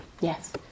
Yes